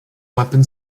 weapon